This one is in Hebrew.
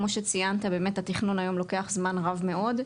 כי כמו שציינת התכנון היום באמת לוקח זמן רב מאוד.